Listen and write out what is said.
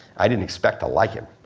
i didn't expect to like him.